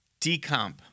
decomp